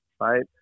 right